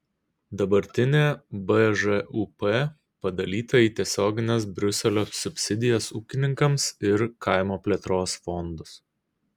dabartinė bžūp padalyta į tiesiogines briuselio subsidijas ūkininkams ir kaimo plėtros fondus